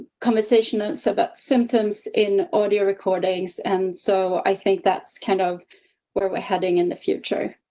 conversation so but symptoms in audio recordings. and so i think that's kind of where we're heading in the future.